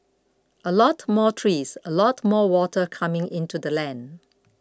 a lot more trees a lot more water coming into the land